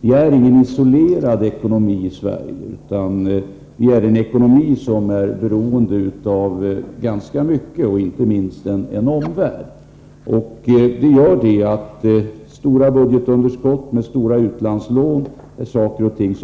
Vi har inte en isolerad ekonomi i Sverige, utan en ekonomi som är beroende av ganska mycket, inte minst av omvärlden. Det gör att